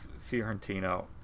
Fiorentino